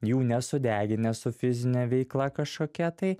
jų nesudeginę su fizine veikla kažkokia tai